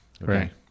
Right